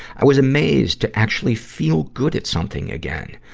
i was amazed to actually feel good at something again.